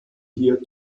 hier